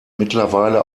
mittlerweile